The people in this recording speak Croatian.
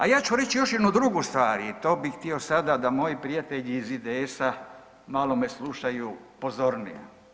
A ja ću reći još jednu drugu stvar i to bi htio sada da moji prijatelji iz IDS-a me malo slušaju pozornije.